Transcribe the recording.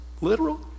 Literal